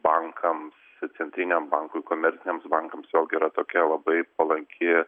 bankams centriniam bankui komerciniams bankams vėlgi yra tokia labai palanki